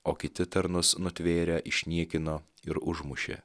o kiti tarnus nutvėrę išniekino ir užmušė